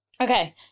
Okay